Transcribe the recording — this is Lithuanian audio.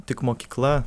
tik mokykla